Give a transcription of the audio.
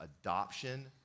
adoption